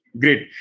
Great